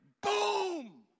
boom